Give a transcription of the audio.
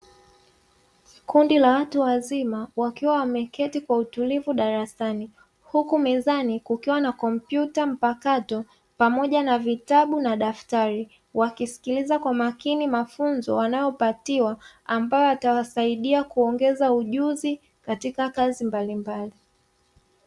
Kundi la watu wazima wakiwa wameketi kwa utulivu darasani, huku mezani kukiwa na kompyuta mpakato pamoja na vitabu na daftari wakisikiliza kwa makini mafunzo wanayopatiwa ambayo atawasaidia kuongeza ujuzi katika kazi mbalimbali.